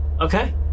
Okay